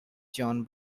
john